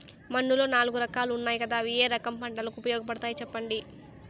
మన్నులో నాలుగు రకాలు ఉన్నాయి కదా అవి ఏ రకం పంటలకు ఉపయోగపడతాయి చెప్పండి?